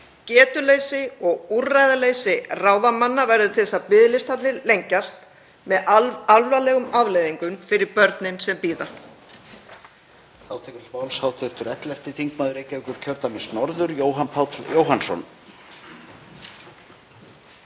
Getuleysi og úrræðaleysi ráðamanna verður til þess að biðlistarnir lengjast með alvarlegum afleiðingum fyrir börnin sem bíða.